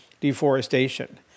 deforestation